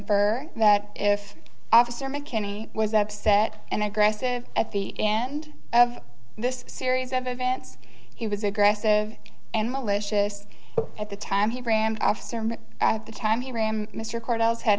for that if officer mckinney was upset and aggressive at the end of this series of events he was aggressive and malicious at the time he ran after him at the time he ram mr cord